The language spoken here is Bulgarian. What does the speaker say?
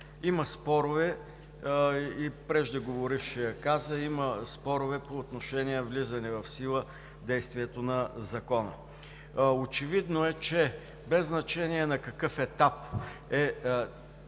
има спорове, и преждеговорившият каза – има спорове по отношение влизане в сила действието на Закона. Очевидно е, че без значение на какъв етап